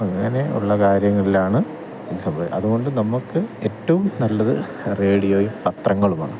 അങ്ങനെ ഉള്ള കാര്യങ്ങളിലാണ് ഇത് സംഭ അതുകൊണ്ട് നമുക്ക് ഏറ്റവും നല്ലത് റേഡിയോയും പത്രങ്ങളുമാണ്